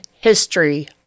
history